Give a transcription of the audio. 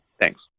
Thanks